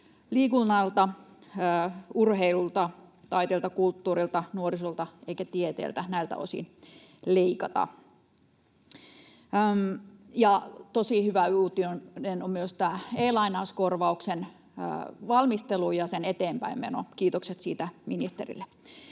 liikunnalta, urheilulta, taiteelta, kulttuurilta, nuorisolta ja tieteeltä ei näiltä osin leikata. Tosi hyvä uutinen on myös tämä e-lainauskorvauksen valmistelu ja sen eteenpäin meno, kiitokset siitä ministerille.